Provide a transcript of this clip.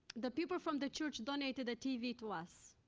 the people from the church donated a t v. to us.